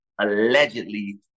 allegedly